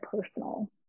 personal